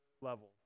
level